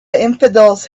infidels